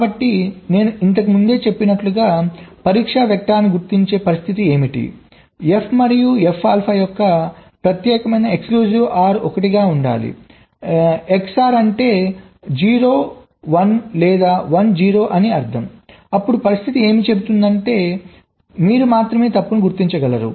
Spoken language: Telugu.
కాబట్టి నేను ఇంతకు ముందే చెప్పినట్లుగా పరీక్ష వెక్టర్ ను గుర్తించే పరిస్థితి ఏమిటంటే ఎఫ్ మరియు ఎఫ్ ఆల్ఫా యొక్క ప్రత్యేకమైన Exclusive OR 1 గా ఉండాలి XOR అంటే 0 1 లేదా 1 0 అని అర్ధం అప్పుడు పరిస్థితి ఏమి చెబుతుందంటే మీరు మాత్రమే తప్పును గుర్తించగలరు